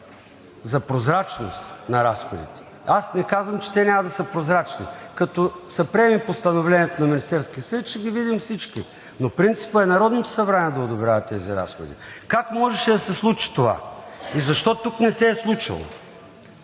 за прозрачност на разходите. Аз не казвам, че те няма да са прозрачни. Като се приеме постановлението на Министерския съвет, ще ги видим всички, но принципът е Народното събрание да одобрява тези разходи. Как можеше да се случи това и защо тук не се е случвало?